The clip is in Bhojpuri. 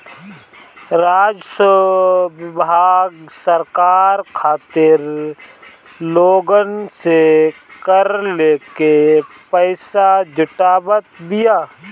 राजस्व विभाग सरकार खातिर लोगन से कर लेके पईसा जुटावत बिया